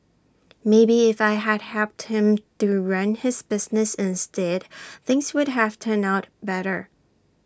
maybe if I had helped him to run his business instead things would have turned out better